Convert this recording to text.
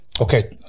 okay